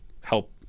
help